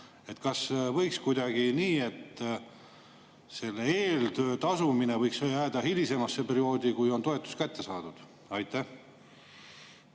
Kas võiks olla kuidagi nii, et selle eeltöö eest tasumine võiks jääda hilisemasse perioodi, kui toetus on kätte saadud? Aitäh,